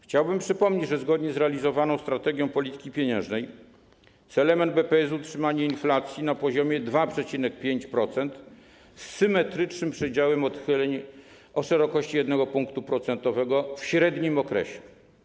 Chciałbym przypomnieć, że zgodnie z realizowaną strategią polityki pieniężnej celem NBP jest utrzymanie inflacji na poziomie 2,5% z symetrycznym przedziałem odchyleń o szerokości 1 punktu procentowego w średnim okresie.